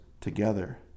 together